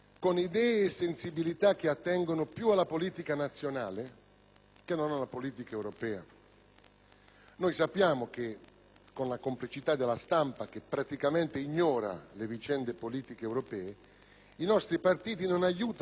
Sappiamo che, con la complicità della stampa, che praticamente ignora le vicende politiche europee, i nostri partiti non aiutano i cittadini italiani a seguire o a leggere la politica europea.